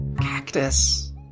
Cactus